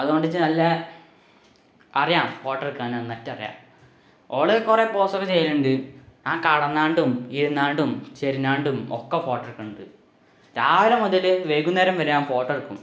അതുകൊണ്ടിച്ച് നല്ല അറിയാം ഫോട്ടോ എടുക്കാൻ നന്നായിട്ടറിയാം അവള് കുറേ പോസൊക്കെ ചെയ്യുന്നുണ്ട് ആ കിടന്നാണ്ടും ഇരുന്നാണ്ടും ചെരിഞ്ഞാണ്ടും ഒക്കെ ഫോട്ടോ എടുക്കുന്നുണ്ട് രാവിലെ മുതല് വൈകുന്നേരം വരെ ഞാന് ഫോട്ടോ എടുക്കും